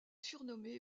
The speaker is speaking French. surnommé